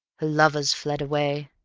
her lovers fled away